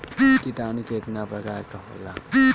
किटानु केतना प्रकार के होला?